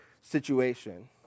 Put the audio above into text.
situation